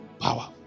power